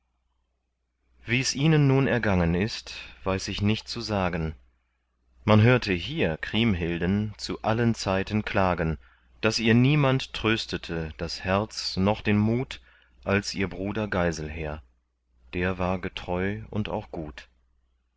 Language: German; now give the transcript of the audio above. wie's ihnen nun ergangen ist weiß ich nicht zu sagen man hörte hier kriemhilden zu allen zeiten klagen daß ihr niemand tröstete das herz noch den mut als ihr bruder geiselher der war getreu und auch gut